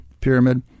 pyramid